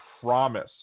promise